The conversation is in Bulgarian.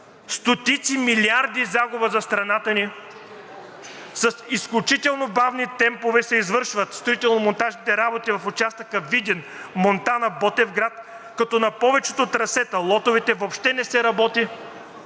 стотици милиарди загуба за страната ни и с изключително бавни темпове се извършват строително-монтажните работи в участъка Видин – Монтана – Ботевград, като на повечето трасета по лотовете въобще не се работи,